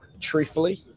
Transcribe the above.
truthfully